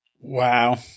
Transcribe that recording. Wow